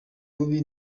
bubi